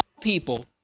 people